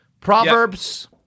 Proverbs